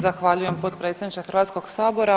Zahvaljujem potpredsjedniče Hrvatskog sabora.